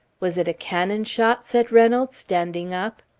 was it a cannon shot? said reynolds, standing up.